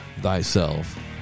thyself